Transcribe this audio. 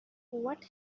what